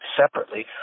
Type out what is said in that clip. separately